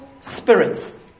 spirits